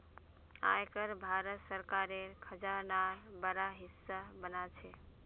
आय कर भारत सरकारेर खजानार बड़ा हिस्सा बना छे